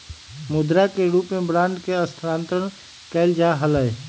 मुद्रा के रूप में बांडवन के स्थानांतरण कइल जा हलय